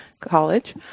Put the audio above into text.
college